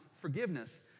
forgiveness